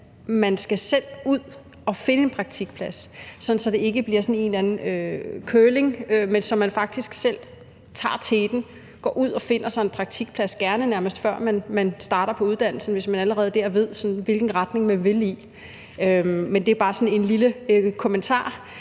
man selv skal ud og finde en praktikplads, sådan at det ikke bliver sådan en eller anden curlingsituation, men at man faktisk selv tager teten og går ud og finder sig en praktikplads – gerne før man starter på uddannelsen, hvis man allerede ved, i hvilken retning man vil. Men det er bare sådan en lille kommentar,